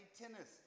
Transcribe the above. tennis